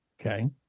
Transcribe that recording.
Okay